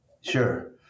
Sure